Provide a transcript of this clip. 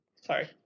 Sorry